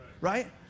Right